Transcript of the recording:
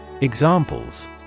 Examples